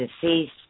deceased